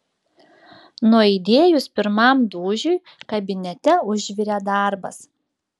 nuaidėjus pirmam dūžiui kabinete užvirė darbas